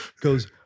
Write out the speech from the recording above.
goes